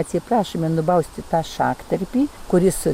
atsiprašome nubausti tą šaktarpį kuris